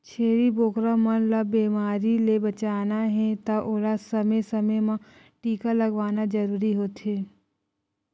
छेरी बोकरा मन ल बेमारी ले बचाना हे त ओला समे समे म टीका लगवाना जरूरी होथे